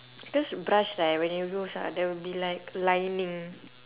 because brush right when you use ah there will be like lining